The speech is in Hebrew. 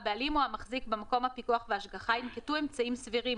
הבעלים או המחזיק במקום הפיקוח וההשגחה ינקטו אמצעים סבירים